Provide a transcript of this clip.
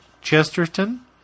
Chesterton